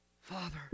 Father